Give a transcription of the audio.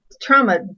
Trauma